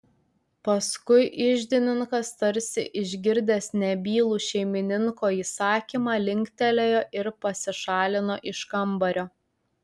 paskui iždininkas tarsi išgirdęs nebylų šeimininko įsakymą linktelėjo ir pasišalino iš kambario